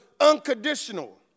unconditional